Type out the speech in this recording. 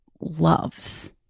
loves